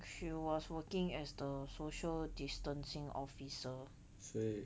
谁